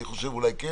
אני חושב אולי כן